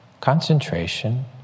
concentration